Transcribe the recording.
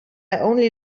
only